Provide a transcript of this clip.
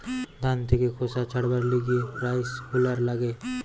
ধান থেকে খোসা ছাড়াবার লিগে রাইস হুলার লাগে